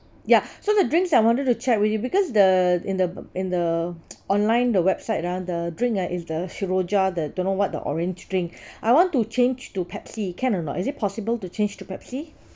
ya so the drinks I wanted to check with you because the in the in the online the website ah the drink ah is the the don't know what the orange drink I want to change to pepsi can or not is it possible to change to pepsi